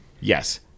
Yes